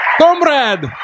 Comrade